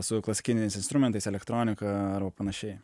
su klasikiniais instrumentais elektronika ar panašiai